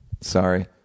sorry